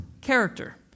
character